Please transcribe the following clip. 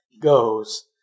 goes